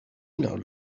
know